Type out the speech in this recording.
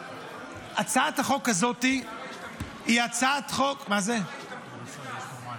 הצעת החוק הזאת היא הצעת חוק --- שר ההשתמטות נכנס.